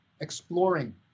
exploring